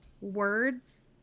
words